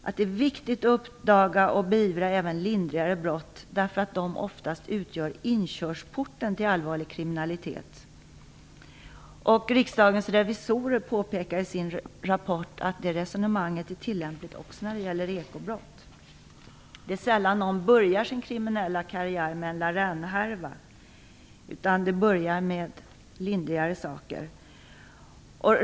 Det är viktigt att uppdaga och beivra även lindrigare brott, därför att de oftast utgör inkörsporten till allvarlig kriminalitet. Riksdagens revisorer påpekar i sin rapport att det resonemanget är tillämpligt också när det gäller ekobrott. Det är sällan någon börjar sin kriminella karriär med en La Reine-härva. Det börjar med lindrigare saker.